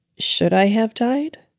should i have died?